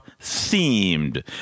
themed